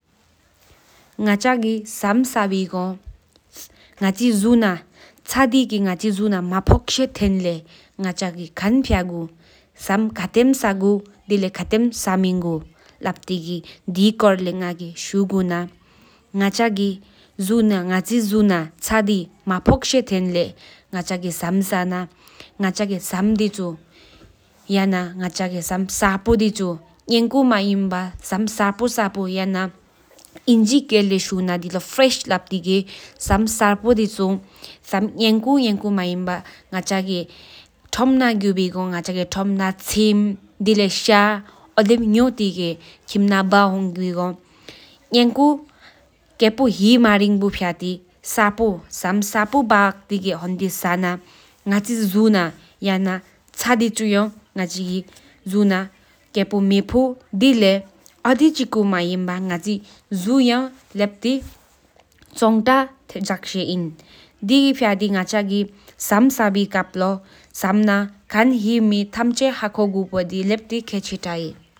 ང་ཅ་གི་སམ་ས་བི་ཀཔ་ཆ་དེ་གི་ངཆི་ཇུ་ན་མ་བོག་ཤི་ཐན་ལེགས་ང་ཅ་གི་སམ་ཁ་ཏེམ་ས་གུ་ཡ་ན་ས་མེཆུ་ལཔ་ཏི་དེ་ཀོརླེ་ཤུ་གུ་ན་ང་ཅ་གི་ངཆི་ཇུ་ན་ཆ་དི་མ་ཕུ་ཀི་ཧྥལ་ཏི་སམ་ས་གུ་ན། ང་ཅ་གི་སམ་ས་བོ་ཡ་ན་ཧྥྲེཤ་ཕི་ཕྲུདས་ཨོ་དེམ་ས་གེ། དེ་ལེ་ཐོམ་ན་གྲུབ་ཀྲི་ཀཔ་ཤྱ་ངེབ་ཨོ་བོ་ག་ཤྱ་ཡ་ཧྥྲེཤ་ངེུ་ཏི་ས་གུ་དེ་ལེ་ངཆི་ཇུ་ན་ཆུ་ཡ་གུ་ཤེ་ཨིན་ཨོ་དི་ཧྥང་ཀྲི་ཨིན་ང་ཅ་གི་ཆུ་ཡ་ཀེ་ཕོ་ཐིགས་ཀེ་བོ་སི་ལེང་ཏེ་ར་ཁེམ་ཏི་ཧེ་པོ་ཨིན།